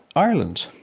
ireland.